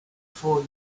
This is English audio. four